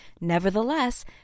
nevertheless